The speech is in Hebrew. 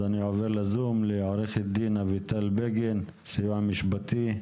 אז אני עובר לזום, עו"ד אביטל בגין, סיוע משפטי.